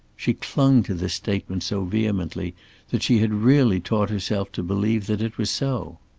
she clung to this statement so vehemently that she had really taught herself to believe that it was so.